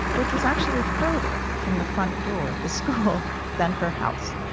which was actually further from the front door of the school than her house.